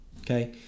Okay